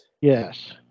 Yes